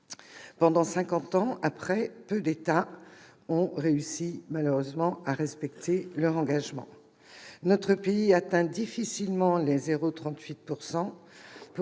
cinquante ans après, peu d'États ont réussi à respecter leur engagement. Notre pays atteint difficilement les 0,38